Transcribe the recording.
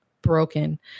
broken